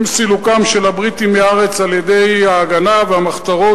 עם סילוקם של הבריטים מהארץ על-ידי "ההגנה" והמחתרות,